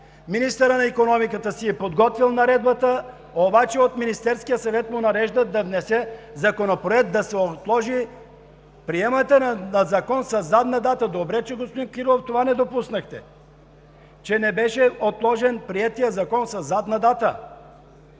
Министърът на икономиката си е подготвил наредбата, обаче от Министерския съвет му нареждат да внесе законопроект и да се отложи приемането на закон със задна дата. Добре че, господин Кирилов, не допуснахте, че не беше отложен приетият закон със задна дата.